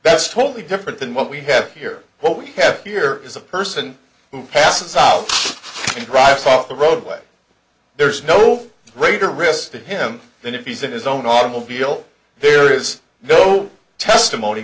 that's totally different than what we have here what we have here is a person who passes out and drives off the roadway there's no greater risk to him than if he's in his own automobile there is no testimony